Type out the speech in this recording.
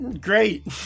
Great